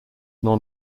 other